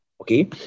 okay